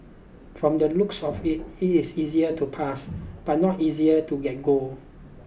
from the looks of it it is easier to pass but not easier to get gold